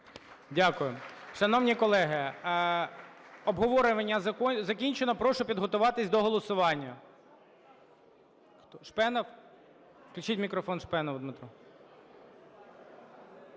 Дякую. Шановні колеги, обговорення закінчено. Прошу підготуватись до голосування. Шпенов? Включіть мікрофон Шпенову Дмитру.